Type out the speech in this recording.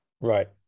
Right